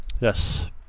yes